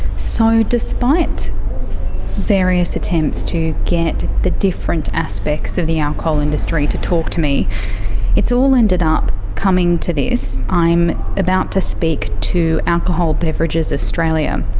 so despite the various attempts to get the different aspects of the alcohol industry to talk to me it's all ended up coming to this. i'm about to speak to alcohol beverages australia.